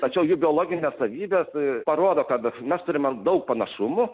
tačiau jų biologinės savybės parodo kad mes turime daug panašumų